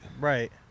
Right